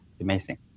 amazing